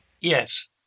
yes